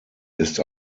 ist